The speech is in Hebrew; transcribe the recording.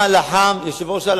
אני לא רוצה שתצא